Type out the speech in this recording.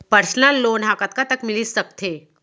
Personal loan ह कतका तक मिलिस सकथे?